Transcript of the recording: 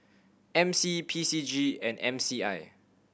M C P C G and M C I